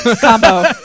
combo